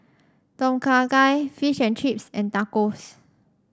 Tom Kha Gai Fish and Chips and Tacos